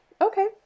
okay